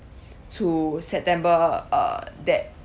to september uh that